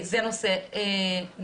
זה נושא נוסף.